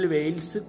Wales